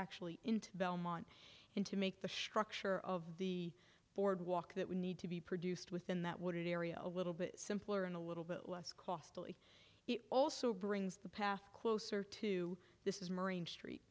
actually into belmont and to make the shock sure of the boardwalk that we need to be produced within that wooded area a little bit simpler and a little bit less costly it also brings the path closer to this is marine street